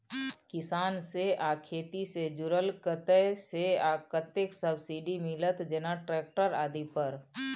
किसान से आ खेती से जुरल कतय से आ कतेक सबसिडी मिलत, जेना ट्रैक्टर आदि पर?